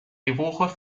dibujos